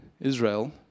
Israel